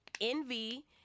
envy